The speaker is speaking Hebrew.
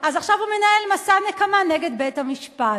אז עכשיו הוא מנהל מסע נקמה נגד בית-המשפט.